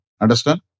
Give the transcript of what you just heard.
Understand